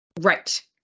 Right